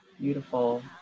beautiful